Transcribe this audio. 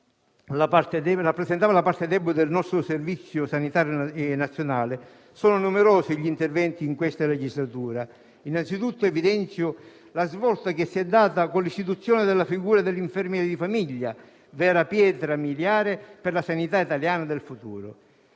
la parte debole del nostro Servizio sanitario nazionale. Sono numerosi gli interventi in questa legislatura. Innanzitutto evidenzio la svolta che si è data con l'istituzione della figura dell'infermiere di famiglia, vera pietra miliare per la sanità italiana del futuro.